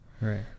right